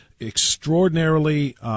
extraordinarily